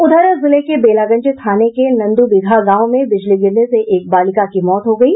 उधर जिले के बेलागंज थाने के नंद्र बिगहा गांव में बिजली गिरने से एक बालिका की मौत हो गयी